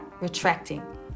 retracting